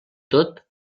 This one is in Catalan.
tot